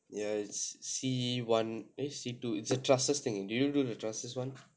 ya it's C one eh C two it's a thrusters thing did you do the thrusters [one]